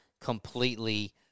completely